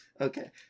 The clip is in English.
Okay